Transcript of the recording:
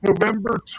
November